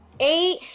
Eight